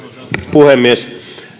puhemies